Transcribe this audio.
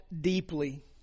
deeply